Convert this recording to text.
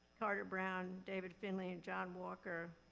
carter brown, david finley and john walker,